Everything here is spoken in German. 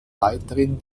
leiterin